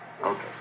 Okay